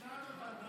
שכנעת אותנו, אורנה.